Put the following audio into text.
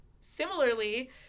similarly